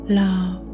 love